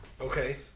Okay